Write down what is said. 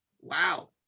wow